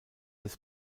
des